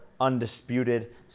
undisputed